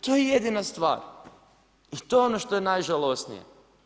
To je jedina stvar i to je ono što je najžalosnije.